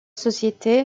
société